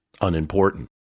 Unimportant